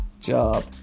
job